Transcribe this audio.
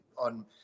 on